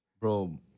Bro